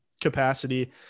capacity